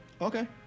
Okay